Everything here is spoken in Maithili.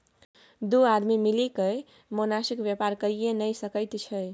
दू आदमी मिलिकए मोनासिब बेपार कइये नै सकैत छै